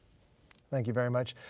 thank you very much.